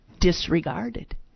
disregarded